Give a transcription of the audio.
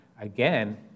again